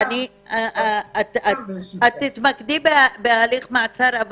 את תתמקדי בהליך מעצר,